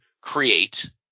create